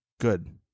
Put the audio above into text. Good